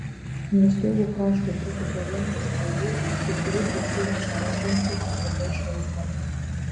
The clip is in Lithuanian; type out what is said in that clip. nuo stogo krašto krito galinga srovė stipri tiesiog čaižanti labai šalta